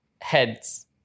Heads